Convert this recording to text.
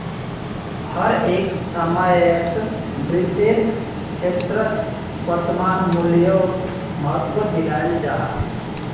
हर एक समयेत वित्तेर क्षेत्रोत वर्तमान मूल्योक महत्वा दियाल जाहा